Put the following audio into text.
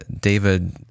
David